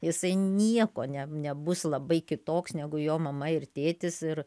jisai niekuo ne nebus labai kitoks negu jo mama ir tėtis ir